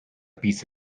piece